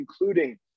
including